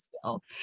skill